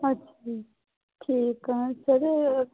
ਅੱਛਾ ਜੀ ਠੀਕ ਹੈ ਸਰ